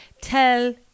Tell